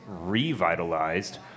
revitalized